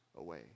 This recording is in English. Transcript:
away